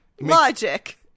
Logic